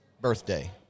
birthday